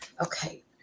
Okay